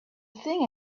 thing